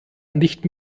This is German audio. nicht